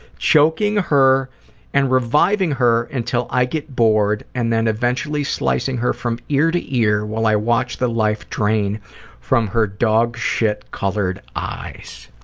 choking her and reviving her until i get bored and then eventually slicing her from ear to ear while i watch the life drain from her dogshit-colored eyes.